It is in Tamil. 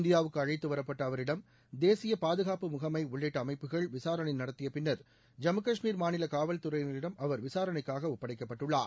இந்தியாவுக்கு அழைத்து வரப்பட்ட அவரிடம் தேசிய பாதுகாப்பு முகமை உள்ளிட்ட அமைப்புகள் விசாரணை நடத்திய பின்னர் ஜம்மு கஷ்மீர் மாநில காவல்துறையினரிடம் அவர் விசாரணைக்காக ஒப்படைக்கப்பட்டுள்ளார்